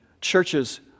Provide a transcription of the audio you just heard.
churches